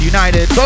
United